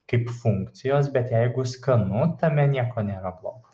kaip funkcijos bet jeigu skanu tame nieko nėra blogo